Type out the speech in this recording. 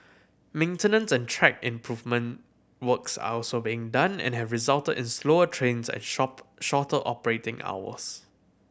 maintenance and track improvement works are also being done and have resulted in slower trains and shop shorter operating hours